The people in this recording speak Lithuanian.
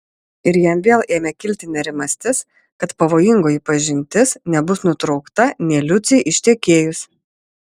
ir jam vėl ėmė kilti nerimastis kad pavojingoji pažintis nebus nutraukta nė liucei ištekėjus